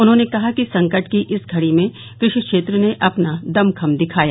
उन्होंने कहा कि संकट की इस घड़ी में कृषि क्षेत्र ने अपना दम खम दिखाया